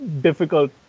difficult